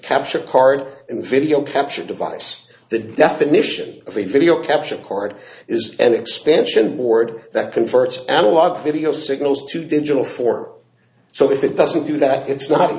capture card in video capture device the definition of a video capture card is an expansion board that converts analog video signals to digital for so if it doesn't do that it's not